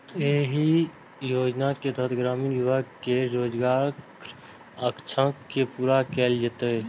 एहि योजनाक तहत ग्रामीण युवा केर रोजगारक आकांक्षा के पूरा कैल जेतै